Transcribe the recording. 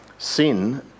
Sin